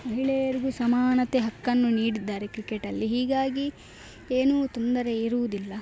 ಮಹಿಳೆಯರಿಗೂ ಸಮಾನತೆ ಹಕ್ಕನ್ನು ನೀಡಿದ್ದಾರೆ ಕ್ರಿಕೆಟಲ್ಲಿ ಹೀಗಾಗಿ ಏನೂ ತೊಂದರೆ ಇರುವುದಿಲ್ಲ